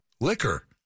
liquor